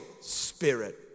spirit